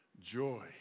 Joy